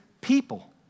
people